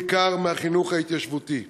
בעיקר מהחינוך ההתיישבותי.